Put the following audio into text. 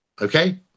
Okay